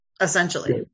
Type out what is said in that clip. essentially